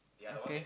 okay